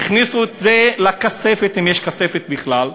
הכניסו את זה לכספת, אם יש כספת בכלל,